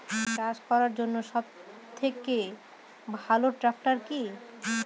চাষ করার জন্য সবথেকে ভালো ট্র্যাক্টর কি?